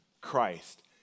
Christ